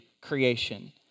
creation